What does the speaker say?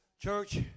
Church